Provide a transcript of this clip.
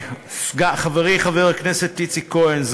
חברי חבר הכנסת איציק כהן,